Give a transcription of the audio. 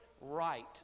right